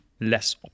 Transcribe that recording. less